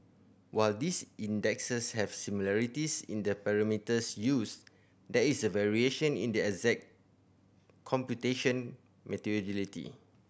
while these indexes have similarities in the parameters used there is variation in the exact computation methodology